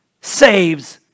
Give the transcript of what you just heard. saves